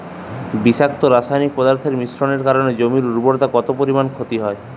বিষাক্ত রাসায়নিক পদার্থের মিশ্রণের কারণে জমির উর্বরতা কত পরিমাণ ক্ষতি হয়?